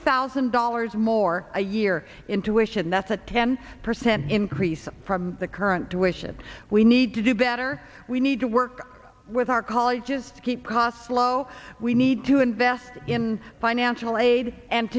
thousand dollars more a year intuition that's a ten percent increase from the current to wish it we need to do better we need to work with our colleges to keep costs low we need to invest in financial aid and